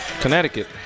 Connecticut